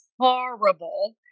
horrible